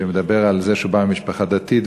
שמדבר על זה שהוא בא ממשפחה דתית,